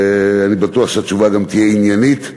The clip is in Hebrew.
ואני בטוח שהתשובה גם תהיה עניינית,